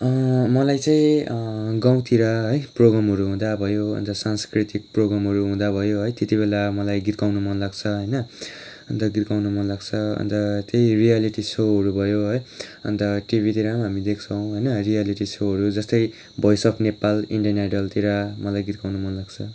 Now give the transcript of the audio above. मलाई चाहिँ गाउँतिर है प्रोग्रामहरू हुँदा भयो अन्त सांस्कृतिक प्रोग्रामहरू हुँदा भयो है त्यति बेला मलाई गीत गाउनु मनलाग्छ होइन अन्त गीत गाउनु मनलाग्छ अन्त त्यही रियालिटी सोहरू भयो है अन्त टिभीतिर हामी देख्छौँ होइन रियालिटी सोहरू जस्तै भोइस अफ नेपाल इन्डियन आइडलतिर मलाई गीत गाउनु मनलाग्छ